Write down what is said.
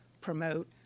promote